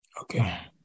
Okay